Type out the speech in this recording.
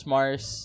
Mars